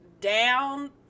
down –